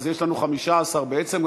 אז יש לנו 15, בעצם.